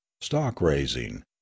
stock-raising